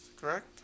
correct